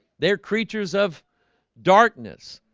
they're creatures of darkness,